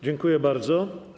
Dziękuję bardzo.